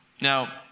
Now